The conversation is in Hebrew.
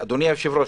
אדוני היושב-ראש,